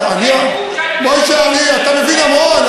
זה תחום שאתה לא מבין בו.